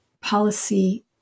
policy